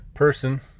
person